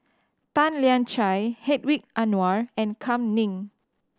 Tan Lian Chye Hedwig Anuar and Kam Ning